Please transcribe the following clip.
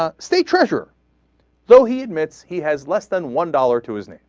ah state treasurer though he admits he has less than one dollar tuition